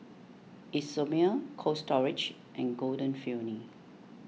Isomil Cold Storage and Golden Peony